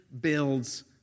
builds